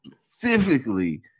specifically